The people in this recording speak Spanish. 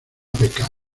pecar